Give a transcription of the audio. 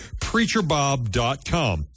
PreacherBob.com